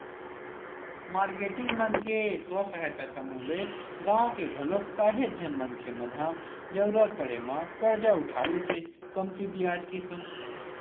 marketing मन के स्व सहायता समूह ले गाँव के घलोक काहेच झन मनखे मन ह जरुरत पड़े म करजा उठा लेथे कमती बियाज के संग